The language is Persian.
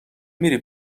میری